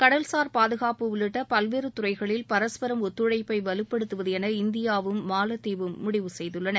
கடல்சார் பாதுகாப்புஉள்ளிட்ட பல்வேறு துறைகளில் பரஸ்பரம் ஒத்துழைப்பை வலுப்படுத்துவது என இந்தியாவும் மாலத்தீவும்முடிவுசெய்துள்ளன